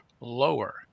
lower